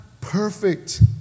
perfect